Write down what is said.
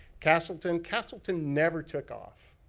castleton, castleton never took off.